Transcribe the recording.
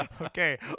okay